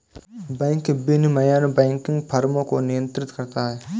bank विनियमन banking फ़र्मों को नियंत्रित करता है